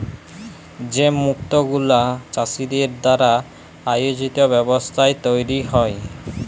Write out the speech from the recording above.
যে মুক্ত গুলা চাষীদের দ্বারা আয়জিত ব্যবস্থায় তৈরী হ্যয়